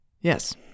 Yes